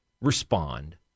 respond